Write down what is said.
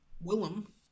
Willem